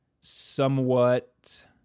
somewhat